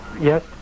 Yes